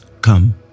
come